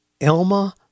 elma